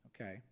Okay